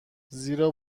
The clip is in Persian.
زیرا